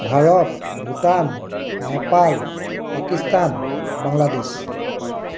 Bharat Bhutan Nepal Pakistan Bangladesh